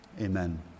Amen